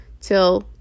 till